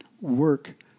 work